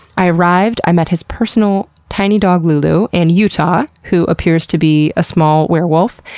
i arrived, i met his personal, tiny dog lulu, and utah, who appears to be a small werewolf,